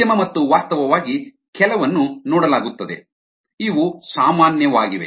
ಉದ್ಯಮ ಮತ್ತು ವಾಸ್ತವವಾಗಿ ಕೆಲವನ್ನು ನೋಡಲಾಗುತ್ತದೆ ಇವು ಸಾಮಾನ್ಯವಾಗಿದೆ